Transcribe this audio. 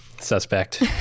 Suspect